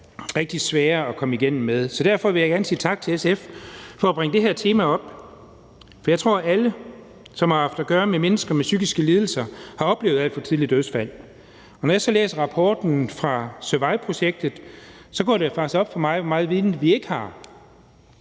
rigtig svære at komme igennem med, så derfor vil jeg gerne sige tak til SF for at bringe det her tema op. Jeg tror, at alle, der har haft at gøre med mennesker med psykiske lidelser, har oplevet alt for tidlige dødsfald, og når jeg læser rapporten fra SURVIVE-projektet, går det faktisk op for mig, hvor meget viden vi ikke har.